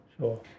Sure